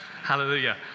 Hallelujah